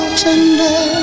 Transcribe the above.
tender